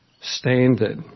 standard